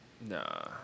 Nah